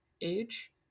age